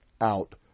out